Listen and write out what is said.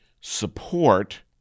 support